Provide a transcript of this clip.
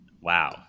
wow